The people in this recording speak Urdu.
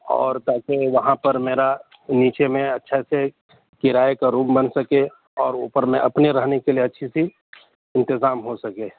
اور تاکہ وہاں پر میرا نیچے میں اچھے سے کرایے کا روم بن سکے اور اوپر میں اپنے رہنے کے لیے اچھی سی انتظام ہو سکے